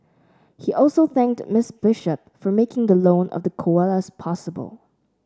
he also thanked Miss Bishop for making the loan of the koalas possible